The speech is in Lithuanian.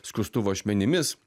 skustuvo ašmenimis